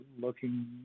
looking